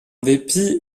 dépit